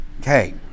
okay